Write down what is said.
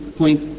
point